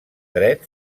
dret